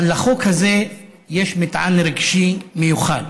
אבל לחוק הזה יש מטען רגשי מיוחד